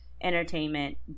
entertainment